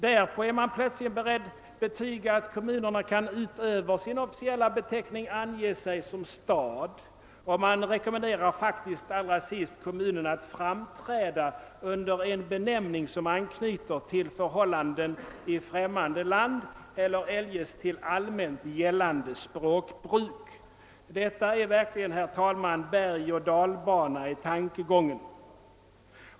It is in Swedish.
Därpå är man plötsligt beredd betyga, att kommunerna kan, »utöver sin officiella beteckning, ange sig som stad», och man rekommenderar faktiskt allra sist kommunerna »att framträda med en benämning som anknyter till förhållandena i främmande land eller eljest till allmänt gällande språkbruk». Detta är verkligen, herr talman, bergoch dalbana i tankegången.